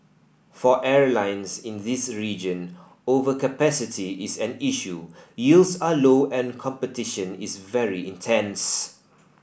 for airlines in this region overcapacity is an issue yields are low and competition is very intense